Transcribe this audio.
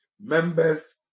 members